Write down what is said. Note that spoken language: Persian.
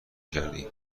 کردی